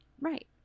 Right